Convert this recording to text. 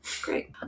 Great